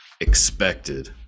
expected